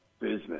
business